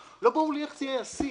לא ברור לי איך זה יהיה ישים.